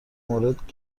مورد